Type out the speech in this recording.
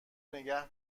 نگه